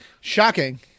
shocking